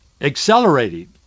accelerating